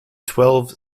twelve